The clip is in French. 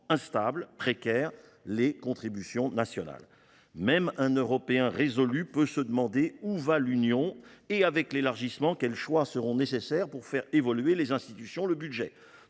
instable, précaire : les contributions nationales. Même un Européen résolu peut se demander où va l’Union et, avec l’élargissement, quels choix seront nécessaires pour faire évoluer les institutions et le budget.